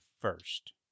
first